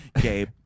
Gabe